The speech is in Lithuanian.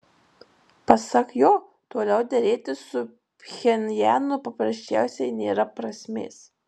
pasak jo toliau derėtis su pchenjanu paprasčiausiai nėra prasmės